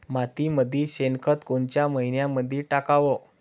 मातीमंदी शेणखत कोनच्या मइन्यामंधी टाकाव?